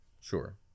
Sure